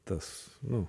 tas nu